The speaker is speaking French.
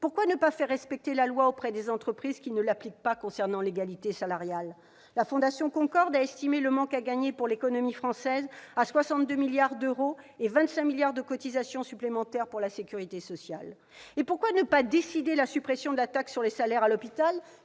Pourquoi ne pas faire respecter la loi par les entreprises qui ne l'appliquent pas concernant l'égalité salariale ? La Fondation Concorde a estimé le manque à gagner pour l'économie française à 62 milliards d'euros et à 25 milliards d'euros de cotisations pour la sécurité sociale. Pourquoi ne pas décider la suppression de la taxe sur les salaires à l'hôpital,